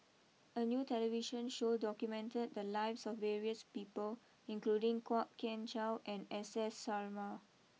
a new television show documented the lives of various people including Kwok Kian Chow and S S Sarma